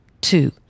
two